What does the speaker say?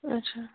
اچھا